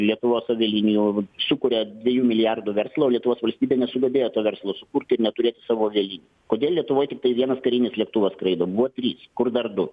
lietuvos avialinijos sukuria dviejų milijardų verslą o lietuvos valstybė nesugebėjo to verslo sukurt ir neturėt savo avialinijų kodėl lietuvoj tiktai vienas karinis lėktuvas skraido buvo trys kur dar du